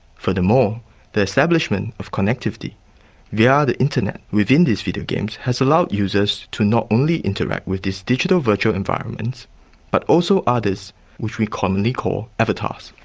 furthermore, the establishment of connectivity via the internet within these videogames has allowed users to not only interact with this digital virtual environment but also others which we commonly call avatars.